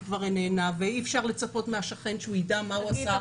היא כבר איננה ואי-אפשר לצפות מהשכן שהוא יידע מה הוא עשה --- חגית,